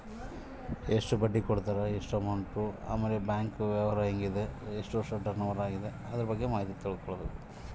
ಹೂಡಿಕೆ ಮಾಡಲು ಯಾವ ಅಂಶಗಳ ಬಗ್ಗೆ ತಿಳ್ಕೊಬೇಕು?